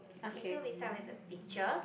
okay so we start with the picture